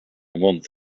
month